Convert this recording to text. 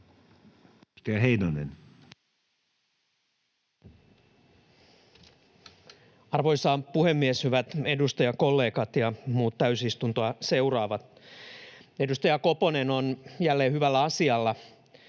13:08 Content: Arvoisa puhemies! Hyvät edustajakollegat ja muut täysistuntoa seuraavat! Edustaja Koponen on jälleen hyvällä asialla.